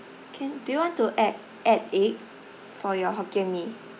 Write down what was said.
can do you want to act add egg for your hokkien mee